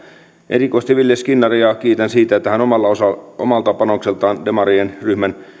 erikoisesti ville skinnaria kiitän siitä että hän omalla panoksellaan demarien ryhmän yhtenä